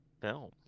film